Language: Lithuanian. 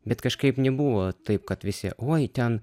bet kažkaip nebuvo taip kad visi uoi ten